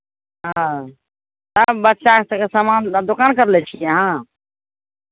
हँ हम बच्चा सभके सामान दोकान करले छियै अहाँ